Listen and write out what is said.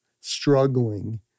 struggling